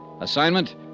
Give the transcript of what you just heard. Assignment